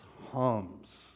hums